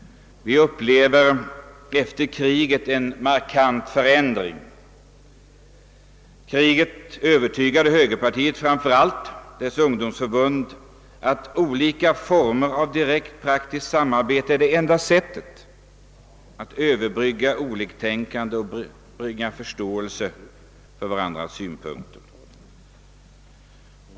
Vi har efter kriget upplevt en markant förändring i de båda partiernas uppfattning. Kriget övertygade högerpartiet — framför allt dess ungdomsförbund — om att olika former av direkt praktiskt samarbete med andra länder är det enda sättet att överbrygga oliktänkande och skapa förståelse för varandras synpunkter.